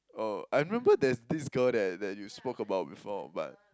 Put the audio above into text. oh I remember there's this girl that that you spoke about before but